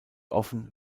offen